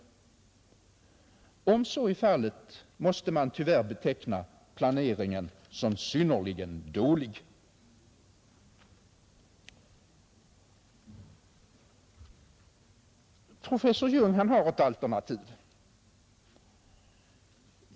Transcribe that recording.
Om så är fallet, måste man tyvärr beteckna planeringen som synnerligen dålig. Professor Jung har ett alternativ.